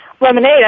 lemonade